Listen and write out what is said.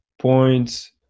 points